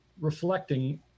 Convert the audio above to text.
reflecting